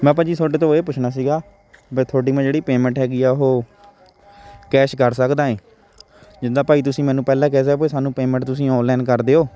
ਮੈਂ ਭਾਅ ਜੀ ਤੁਹਾਡੇ ਤੋਂ ਇਹ ਪੁੱਛਣਾ ਸੀਗਾ ਵੀ ਤੁਹਾਡੀ ਮੈਂ ਜਿਹੜੀ ਪੇਮੈਂਟ ਹੈਗੀ ਹੈ ਉਹ ਕੈਸ਼ ਕਰ ਸਕਦਾ ਹੈ ਜਿੱਦਾਂ ਭਾਅ ਜੀ ਤੁਸੀਂ ਮੈਨੂੰ ਪਹਿਲਾਂ ਕਿਹਾ ਤਾ ਵੀ ਸਾਨੂੰ ਪੇਮੈਂਟ ਤੁਸੀਂ ਔਨਲਾਈਨ ਕਰ ਦਿਓ